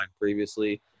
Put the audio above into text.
previously